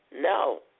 No